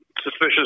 Suspicious